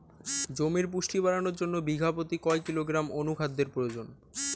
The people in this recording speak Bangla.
জমির পুষ্টি বাড়ানোর জন্য বিঘা প্রতি কয় কিলোগ্রাম অণু খাদ্যের প্রয়োজন?